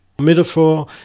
Metaphor